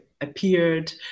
appeared